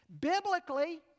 biblically